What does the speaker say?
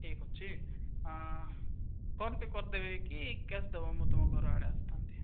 ଠିକ ଅଛି ଫୋନ୍ ପେ କରିଦେବେ କି କ୍ୟାସ୍ ଦେବ ମୁଁ ତୁମ ଘର ଆଡ଼େ ଆସିଥାଆନ୍ତି